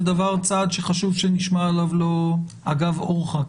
צעד שחשוב שנשמע עליו לא אגב אורחא.